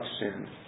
sin